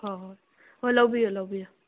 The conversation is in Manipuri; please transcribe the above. ꯍꯣꯏ ꯍꯣꯏ ꯍꯣꯏ ꯍꯣꯏ ꯂꯧꯕꯤꯌꯣ ꯂꯧꯕꯤꯌꯣ